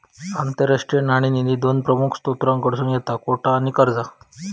आंतरराष्ट्रीय नाणेनिधी दोन प्रमुख स्त्रोतांकडसून येता कोटा आणि कर्जा